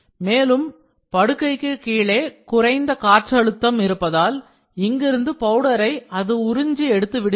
மேலும் படுக்கைக்கு கீழே குறைந்த காற்றழுத்தம் இருப்பதால் இங்கிருந்து பவுடரை அது உறிஞ்சி இழுத்து விடுகிறது